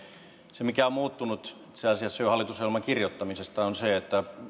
se mikä on muuttunut itse asiassa jo hallitusohjelman kirjoittamisesta on se että